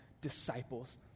disciples